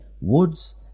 woods